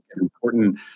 important